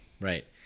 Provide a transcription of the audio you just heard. Right